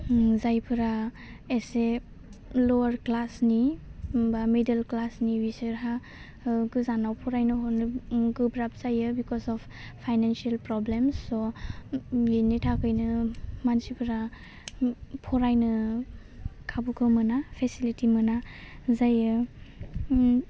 ओम जायफोरा एसे लवार क्लासनि बा मिडेल क्लासनि बिसोरहा ओह गोजानाव फरायनो हरनो गोब्राब जायो बिकस अफ फाइनानसियेल प्रब्लेम सह ओम बिनि थाखायनो मानसिफ्रा फरायनो खाबुखौ मोना पिसिलिटि मोना जायो ओम